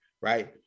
right